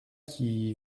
qui